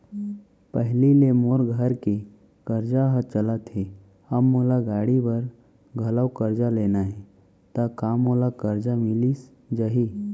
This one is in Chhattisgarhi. पहिली ले मोर घर के करजा ह चलत हे, अब मोला गाड़ी बर घलव करजा लेना हे ता का मोला करजा मिलिस जाही?